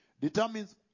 Determines